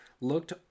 Looked